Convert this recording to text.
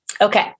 Okay